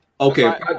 okay